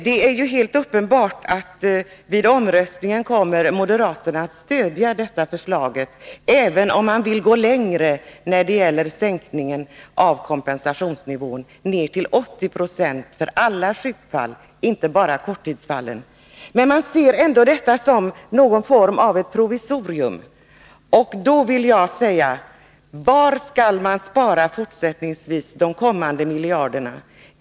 Det är helt uppenbart att moderaterna vid omröstningen kommer att stödja regeringens förslag, även om man vill gå längre när det gäller sänkningen av kompensationsnivån ner till 80 2 för alla sjukfall, inte bara korttidsfallen. Men moderaterna ser detta som någon form av provisorium, och jag frågar: Var skall man spara ytterligare miljarder?